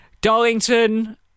Darlington